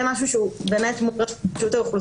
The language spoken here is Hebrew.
זה משהו שהוא לרשות האוכלוסין.